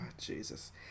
Jesus